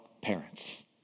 parents